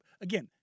Again